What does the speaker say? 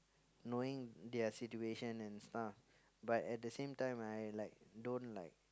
knowing their situation and stuff but at the same time I like don't like